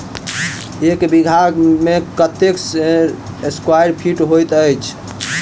एक बीघा मे कत्ते स्क्वायर फीट होइत अछि?